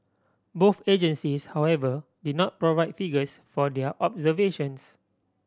both agencies however did not provide figures for their observations